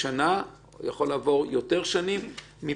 עברו חמש שנים מתוך העשר, והחוק הזה התקבל עכשיו.